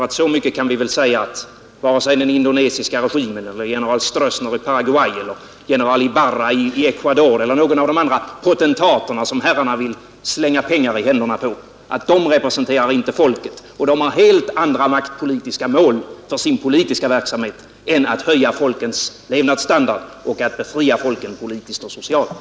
Så mycket kan vi väl säga att vare sig den indonesiska regimen eller general Stroessner i Paraguay eller general Ibarra i Ecuador eller någon av de andra potentater som herrarna vill slänga pengar i händerna på representerar folket, och de har helt andra maktpolitiska mål för sin politiska verksamhet än att höja folkens levnadsstandard och att befria folken politiskt och socialt.